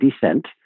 descent